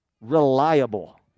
Reliable